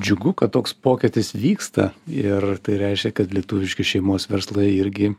džiugu kad toks pokytis vyksta ir tai reiškia kad lietuviški šeimos verslai irgi